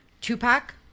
Tupac